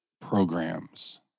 programs